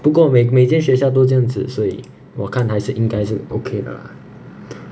不过每每间学校都这样子所以我看还是应该是 okay 的啦